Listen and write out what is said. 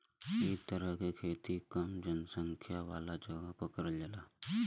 इ तरह के खेती कम जनसंख्या वाला जगह पर करल जाला